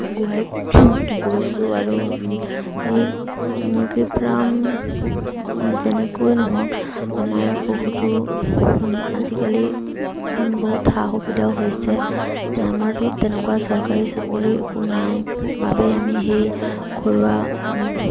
আগুৱাই গৈছোঁ আৰু এই মুৰ্গীৰ ফাৰ্ম যেনেকৈ নহওক আমাৰ বহুতো আজিকালি বহুত সা সুবিধাও হৈছে যে আমাৰতো তেনেকুৱা চৰকাৰী চাকৰি একো নাই বাবেই আমি সেই ঘৰুৱা